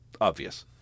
obvious